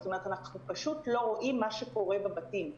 אנחנו פשוט לא רואים מה קורה בבתים,